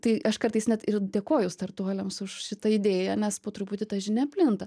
tai aš kartais net ir dėkoju startuoliams už šitą idėja nes po truputį ta žinia plinta